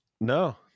No